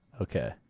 okay